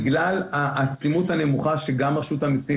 בגלל העצימות הנמוכה שבה גם רשות המיסים